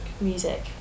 music